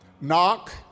Knock